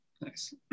Nice